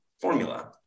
formula